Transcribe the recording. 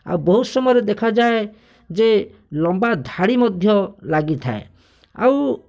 ଆଉ ବହୁତ ସମୟରେ ଦେଖାଯାଏ ଯେ ଲମ୍ବା ଧାଡ଼ି ମଧ୍ୟ ଲାଗିଥାଏ ଆଉ